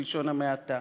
בלשון המעטה.